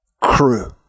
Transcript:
Crew